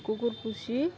কুকুর পুষি